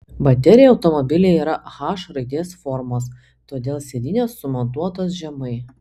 baterija automobilyje yra h raidės formos todėl sėdynės sumontuotos žemai